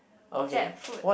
jackfruit